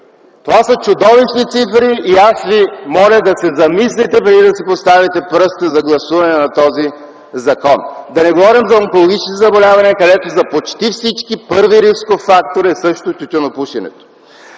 Това са чудовищни цифри и аз ви моля да се замислите, преди да си поставите пръста за гласуване на този законопроект. Да не говорим за онкологичните заболявания, където за почти всички първи рисков фактор също е тютюнопушенето!